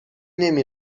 نمی